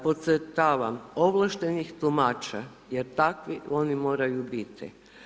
Podcrtava ovlaštenih tumača, jer takvih, oni moraju biti.